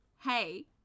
hey